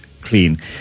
clean